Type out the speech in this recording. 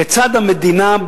כיצד המדינה,